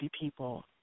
people